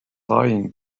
lying